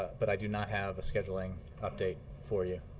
but i do not have a scheduling update for you.